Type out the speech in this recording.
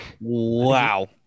Wow